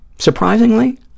Surprisingly